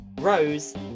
Rose